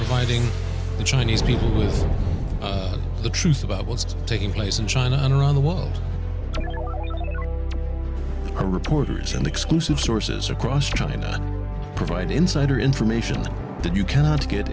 fighting the chinese people with the truth about what's taking place in china and around the world are reporters and exclusive sources across china provide insider information that you cannot get